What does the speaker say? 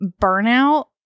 burnout